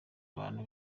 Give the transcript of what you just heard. abantu